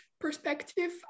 perspective